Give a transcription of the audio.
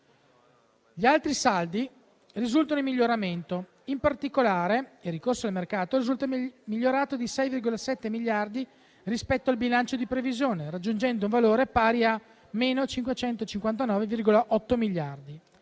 Gli altri saldi risultano in miglioramento. In particolare, il ricorso al mercato risulta migliorato di 6,7 miliardi rispetto al bilancio di previsione, raggiungendo un valore pari a -559,8 miliardi;